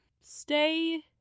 stay